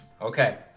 Okay